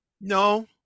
no